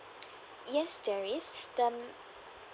yes there is the